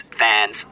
fans